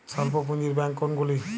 স্বল্প পুজিঁর ব্যাঙ্ক কোনগুলি?